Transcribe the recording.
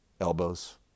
elbows